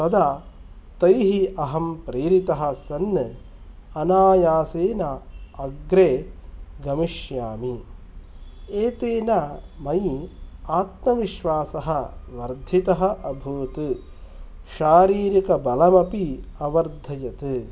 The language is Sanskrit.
तदा तैः अहं प्रेरितः सन् अनायासेन अग्रे गमिष्यामि एतेन मयि आत्मविश्वासः वर्धितः अभूत् शारीरिकबलम् अपि अवर्धयत्